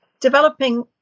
developing